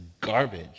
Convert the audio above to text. garbage